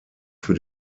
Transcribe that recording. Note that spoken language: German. für